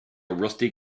rusty